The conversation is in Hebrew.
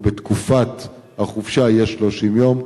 או תקופת החופשה תהיה 30 יום.